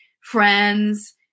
friends